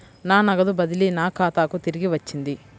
నా నగదు బదిలీ నా ఖాతాకు తిరిగి వచ్చింది